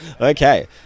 Okay